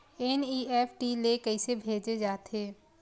NEFT ले कइसे भेजे जाथे?